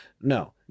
No